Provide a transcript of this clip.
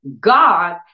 God